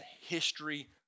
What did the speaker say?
history